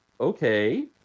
okay